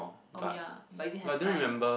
oh ya but you didn't have time